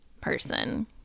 person